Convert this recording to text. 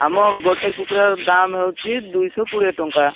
ଆମ ଗୋଟେ କୁକୁଡ଼ା ଦାମ୍ ହେଉଛି ଦୁଇଶହ କୋଡ଼ିଏ ଟଙ୍କା